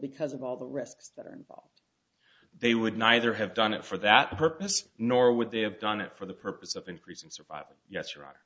because of all the risks that are involved they would neither have done it for that purpose nor would they have done it for the purpose of increasing survival yes your